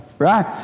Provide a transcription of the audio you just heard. Right